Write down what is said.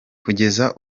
kugeza